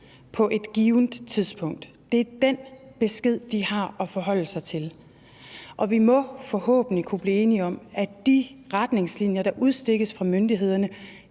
de kan holde åbent. Det er den besked, de har at forholde sig til, og vi må – det håber jeg – kunne blive enige om, at de retningslinjer, der udstikkes af myndighederne,